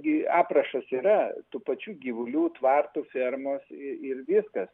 gi aprašas yra tų pačių gyvulių tvartų fermos ir viskas